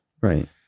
Right